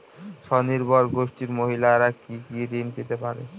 স্বনির্ভর গোষ্ঠীর মহিলারা কি কি ঋণ পেতে পারে?